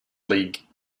league